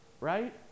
Right